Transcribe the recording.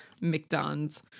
McDonald's